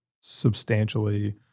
substantially